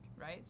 Right